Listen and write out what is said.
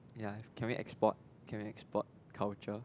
ya can we export can we export culture